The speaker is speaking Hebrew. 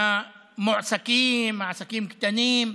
מהמועסקים, עסקים קטנים,